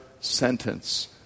sentence